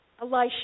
Elisha